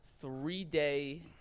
three-day